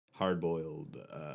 hard-boiled